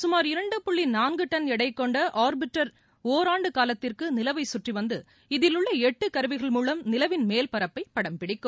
சுமார் இரண்டு புள்ளி நான்கு டன் எடை கொண்ட ஆர்ப்பிட்டர் ஒராண்டு காலத்திற்கு நிலவை கற்றி வந்து இதிலுள்ள எட்டு கருவிகள் மூலம் நிலவின் மேல்பரப்பை படம்பிடிக்கும்